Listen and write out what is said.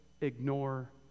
ignore